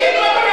"ילד כאפות"